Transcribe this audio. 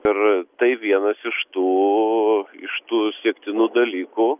ir tai vienas iš tų iš tų siektinų dalykų